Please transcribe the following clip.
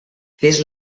fes